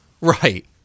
Right